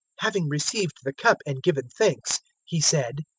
having received the cup and given thanks, he said,